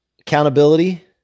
accountability